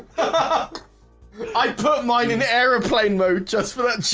ah i put mine in the airplane mode just for that